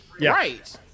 Right